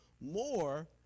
more